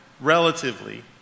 relatively